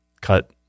cut